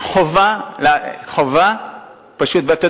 חובה להודות לאנשים האלה,